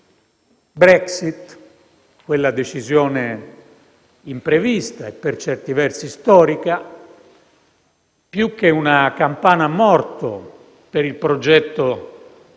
Brexit, quella decisione imprevista, e per certi versi storica, più che una campana a morto per il progetto